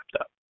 up